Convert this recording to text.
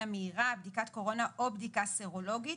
מהירה" בדיקת קורונה או בדיקה סרולוגית